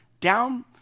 down